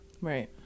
Right